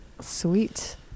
Sweet